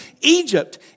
Egypt